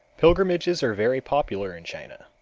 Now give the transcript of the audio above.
pilgrimages are very popular in china.